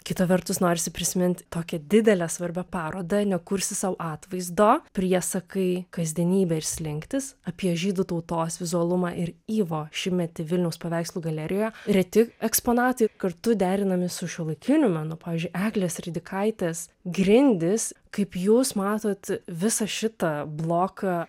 kita vertus norisi prisiminti tokią didelę svarbią parodą nekursi sau atvaizdo priesakai kasdienybė ir slinktys apie žydų tautos vizualumą ir yvo šimtmetį vilniaus paveikslų galerijoje reti eksponatai kartu derinami su šiuolaikiniu menu pavyzdžiui eglės ridikaitės grindys kaip jūs matot visą šitą bloką